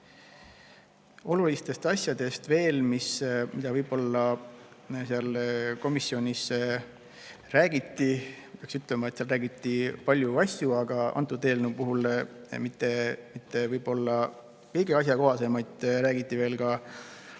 Olulistest asjadest veel, mida seal komisjonis räägiti. Peaks ütlema, et seal räägiti palju asju, aga antud eelnõu puhul mitte võib-olla kõige asjakohasemaid. Räägiti veel ka